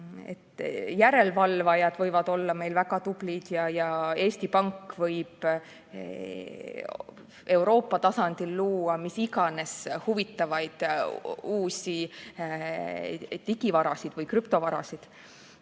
Järelevalvajad võivad meil olla väga tublid ja Eesti Pank võib Euroopa tasandil luua mis iganes huvitavaid uusi digivarasid või krüptovarasid,